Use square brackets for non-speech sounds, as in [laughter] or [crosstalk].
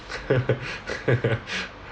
[laughs] [laughs]